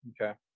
Okay